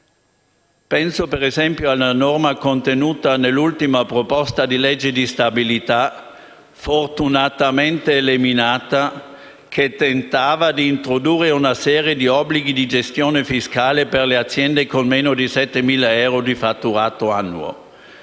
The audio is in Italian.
Penso - ad esempio - alla norma contenuta nell'ultimo disegno di legge di stabilità, fortunatamente eliminata, che tentava di introdurre una serie di obblighi di gestione fiscale per le aziende con meno di 7.000 euro di fatturato annuo.